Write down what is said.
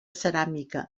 ceràmica